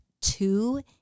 two